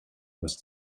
was